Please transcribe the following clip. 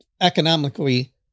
economically